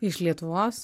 iš lietuvos